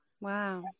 Wow